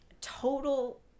total